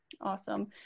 Awesome